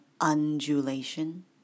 undulation